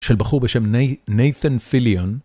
של בחור בשם ניי... נייתן פיליאן.